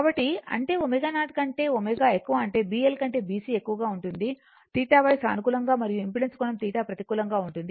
కాబట్టి అంటే ω0 కంటే ω ఎక్కువ అంటే BL కంటే BC ఎక్కువగా ఉంటుంది θY సానుకూలంగా మరియు ఇంపెడెన్స్ కోణం θ ప్రతికూలంగా ఉంటుంది